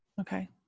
Okay